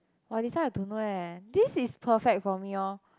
!wah!this one I don't know eh this is perfect for me orh